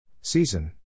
Season